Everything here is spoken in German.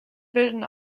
bilden